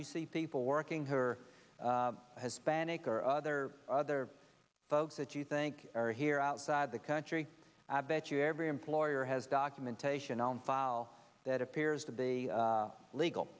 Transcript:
you see people working her has banneker other other folks that you think are here outside the country abot you every employer has documentation on file that appears to be legal